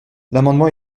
l’amendement